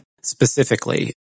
specifically